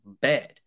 bad